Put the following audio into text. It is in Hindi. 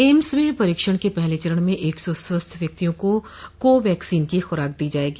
एम्स में परीक्षण के पहले चरण में एक सौ स्वस्थ व्यक्तियों को को वैक्सीन की खुराक दी जायेगी